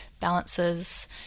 balances